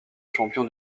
champion